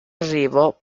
arrivo